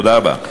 תודה רבה.